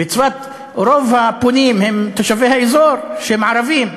בצפת רוב הפונים הם תושבי האזור, שהם ערבים.